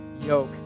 yoke